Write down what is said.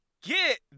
Get